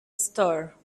store